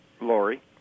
Lori